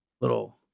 little